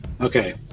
Okay